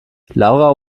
laura